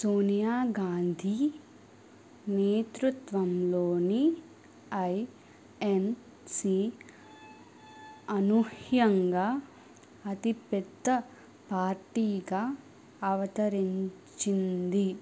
సోనియా గాంధీ నేతృత్వంలోని ఐఎన్సి అనూహ్యంగా అతిపెద్ద పార్టీగా అవతరించింది